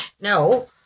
no